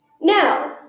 Now